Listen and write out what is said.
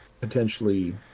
potentially